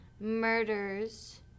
murders